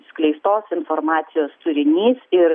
skleistos informacijos turinys ir